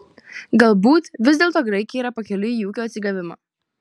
galbūt vis dėlto graikija yra pakeliui į ūkio atsigavimą